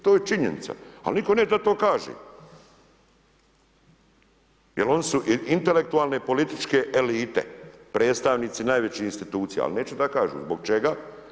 To je činjenica, ali nitko neće da to kaže jer oni su intelektualne političke elite, predstavnici najvećih institucija, ali neće da kažu zbog čega.